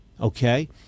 Okay